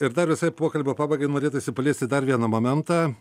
ir dar visai pokalbio pabaigai norėtųsi paliesti dar vieną momentą